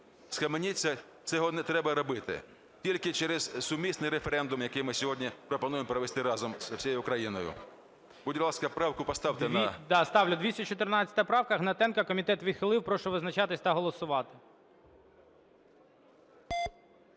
Схаменіться, цього не треба робити. Тільки через сумісний референдум, який ми сьогодні пропонуємо провести разом з усією Україною. Будь ласка, правку поставте на… ГОЛОВУЮЧИЙ. Да, ставлю. 214 правка Гнатенка. Комітет відхилив. Прошу визначатися та голосувати.